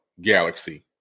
galaxy